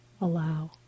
allow